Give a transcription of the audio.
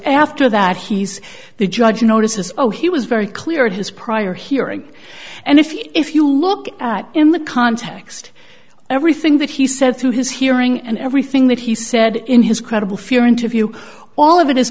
after that he's the judge notices oh he was very clear in his prior hearing and if you if you look at in the context everything that he said through his hearing and everything that he said in his credible fear interview all of it